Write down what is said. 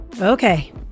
Okay